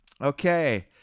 Okay